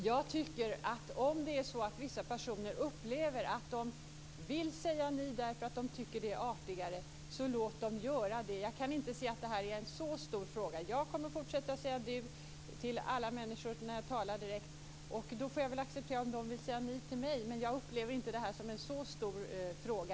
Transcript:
Herr talman! Om det är så att vissa personer upplever att de vill säga ni därför att de tycker att det är artigare så låt dem göra det. Jag tycker inte att det är en stor fråga. Jag kommer att fortsätta att säga du till alla människor när jag talar direkt till dem. Då får jag väl acceptera om de vill säga ni till mig. Men jag upplever inte det som en så stor fråga.